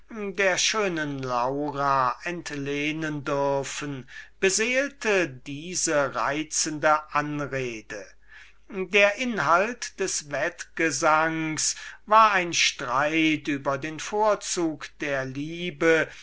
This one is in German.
der schönen laura entlehnen dürfen eine so bezaubernde stimme beseelte diese reizende anrede der inhalt des wettgesangs war über den vorzug der liebe